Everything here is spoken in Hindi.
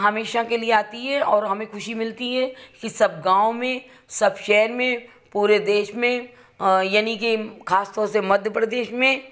हमेशा के लिए आती है और हमें ख़ुशी मिलती है कि सब गाँव में सब शहर में पूरे देश में यानी की खासतौर से मध्य प्रदेश में